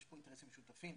שיש פה אינטרסים משותפים,